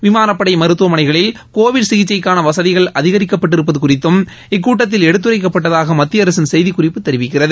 விமானப்படை மருத்துவமனைகளில் கோவிட் சிகிச்சைக்காள வசதிகள் அதிகரிக்கப்பட்டிருப்பது குறித்தும் இக்கூட்டத்தில் எடுத்துரைக்கப்பட்டதாக மத்திய அரசின் செய்திக்குறிப்பு தெரிவிக்கிறது